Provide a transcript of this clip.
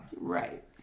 Right